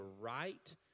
right